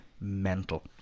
mental